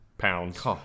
pounds